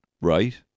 right